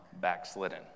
backslidden